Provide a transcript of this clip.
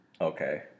Okay